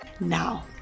Now